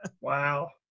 Wow